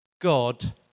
God